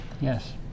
Yes